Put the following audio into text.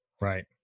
Right